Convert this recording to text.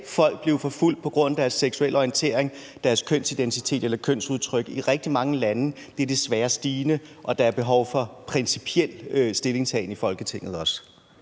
folk blive forfulgt på grund af deres seksuelle orientering, deres kønsidentitet eller kønsudtryk i rigtig mange lande. Det er desværre stigende, og der er behov for principiel stillingtagen i Folketinget også.